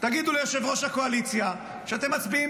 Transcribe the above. תגידו ליושב-ראש הקואליציה שאתם מצביעים